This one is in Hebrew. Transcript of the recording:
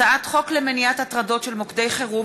הצעת חוק למניעת הטרדות של מוקדי חירום,